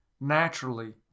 naturally